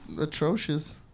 Atrocious